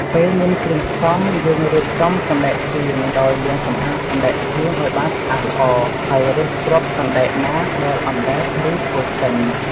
ពេលមានគ្រឿងផ្សំ យើងរៀបចំសណ្ដែកសៀង ដោយលាងសម្អាតសណ្ដែកសៀងឱ្យបានស្អាតល្អ ហើយរើសគ្រាប់សណ្ដែកណាដែលអណ្ដែត ឬខូចចេញ។